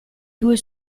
due